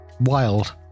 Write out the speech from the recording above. wild